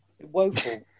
woeful